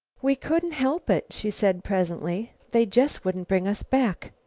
we couldn't help it, she said presently. they just wouldn't bring us back.